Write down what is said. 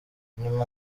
nyuma